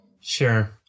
Sure